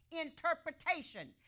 interpretation